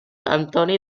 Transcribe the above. antoni